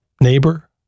neighbor